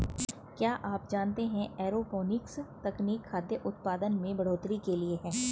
क्या आप जानते है एरोपोनिक्स तकनीक खाद्य उतपादन में बढ़ोतरी के लिए है?